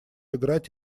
играть